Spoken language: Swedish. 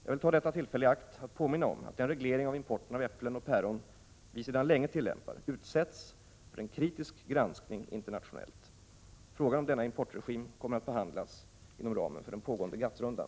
Jag vill ta detta tillfälle i akt att påminna om att den reglering av importen av äpplen och päron vi sedan länge tillämpar utsätts för kritisk granskning internationellt. Frågan om denna importregim kommer att behandlas inom ramen för den pågående GATT-rundan.